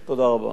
תודה רבה.